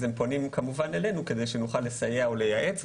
אז הם פונים כמובן אלינו כדי שנוכל לסייע ולייעץ.